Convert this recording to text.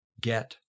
Get